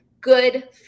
good